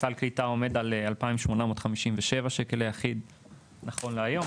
כשסל קליטה עומד על 2,857 ₪ ליחיד נכון להיום.